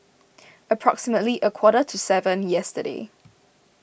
approximately a quarter to seven yesterday